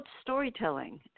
Storytelling